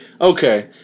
Okay